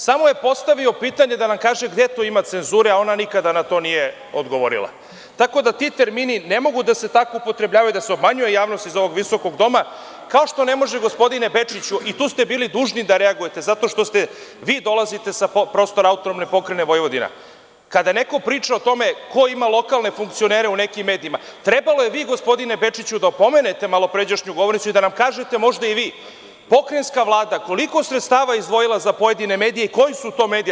Samo je postavio pitanje da nam kaže gde to ima cenzure, a ona nikada na to nije odgovorila, tako da ti termini ne mogu da se tako upotrebljavaju da se obmanjuje javnost iz ovog visokog doma, kao što ne može gospodine Bečiću, i tu ste bili dužni da reagujete zato što ste, vi dolazite sa prostora AP Vojvodina, kada neko priča o tome ko ima lokalne funkcionere u nekim medijima, trebalo je vi gospodine Bečiću da opomenete malopređašnju govornicu i da nam kažete možda i vi, pokrajinska Vlada, koliko je sredstava izdvojila za pojedine medije i koji su to mediji?